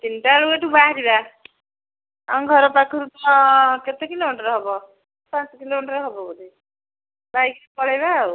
ତିନିଟା ବେଳକୁ ଏଠୁ ବାହାରିବା ଆମ ଘର ପାଖରୁ ତ କେତେ କିଲୋମିଟର୍ ହେବ ପାଞ୍ଚ କିଲୋମିଟର୍ ହେବ ଗୋଟେ ବାଇକ୍ରେ ପଳେଇବା ଆଉ